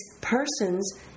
persons